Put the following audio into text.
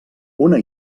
una